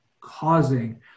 causing